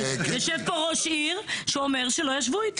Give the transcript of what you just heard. אבל זה יושב פה ראש עיר שאומר שלא ישבו איתו.